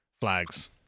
flags